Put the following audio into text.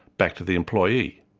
back to the employee.